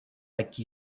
like